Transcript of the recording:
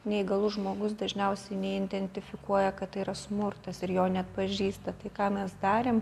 neįgalus žmogus dažniausiai neidentifikuoja kad tai yra smurtas ir jo neatpažįsta tai ką mes darėm